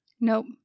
Nope